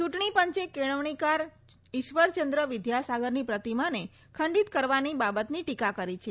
ચૂંટણી પંચે કેળવણીકાર ઈશ્વરચંદ્ર વિદ્યાસાગરની પ્રતિમાને ખંડીત કરવાની બાબતની ટીકા કરી છે